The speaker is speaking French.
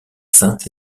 sainte